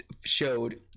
showed